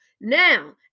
Now